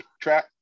track